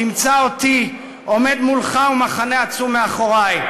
תמצא אותי עומד מולך ומחנה עצום מאחורי.